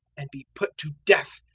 and be put to death,